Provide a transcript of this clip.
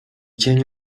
dzień